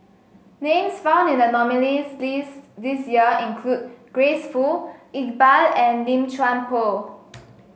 names found in the nominees' list this year include Grace Fu Iqbal and Lim Chuan Poh